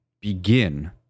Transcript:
begin